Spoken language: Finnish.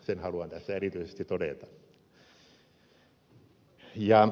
sen haluan tässä erityisesti todeta